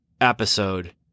episode